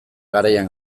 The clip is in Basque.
garaian